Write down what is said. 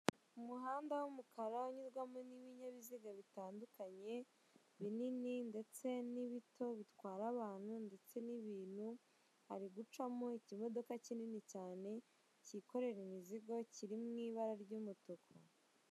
Umuhanda w'umukara unyurwamo n'ibinyabiziga bitandukanye binini ndetse n'ibito bitwara abantu ndetse n'ibintu, hari gucamo ikimodoka kinini cyane kikorera imizigo kirimo ibara ry'umutuku.